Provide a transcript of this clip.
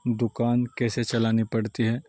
دکان کیسے چلانی پڑتی ہے